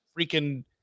freaking